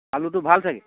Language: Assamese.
আলুটো ভাল চাগৈ